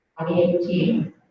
2018